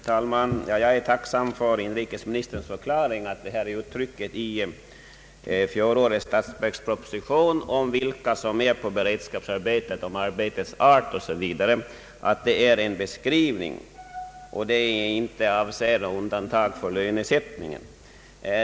Herr talman! Jag är tacksam för inrikesministerns förklaring att uttalandet i fjolårets statsverksproposition om vilka som är i arkivarbete, arbetets art o.s.v. är en beskrivning och att det inte är fråga om något undantag beträffande lönesättningen.